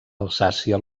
alsàcia